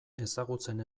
ezagutzen